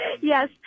Yes